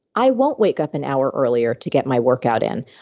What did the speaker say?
i won't wake up an hour earlier to get my workout in.